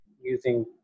using